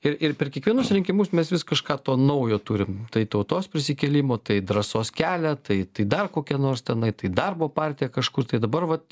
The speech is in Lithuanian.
ir ir per kiekvienus rinkimus mes vis kažką naujo turim tai tautos prisikėlimo tai drąsos kelią tai tai dar kokią nors tenai tai darbo partija kažkur tai dabar vat